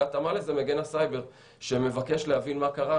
ובהתאמה לזה מגן הסייבר שמבקש להבין מה קרה,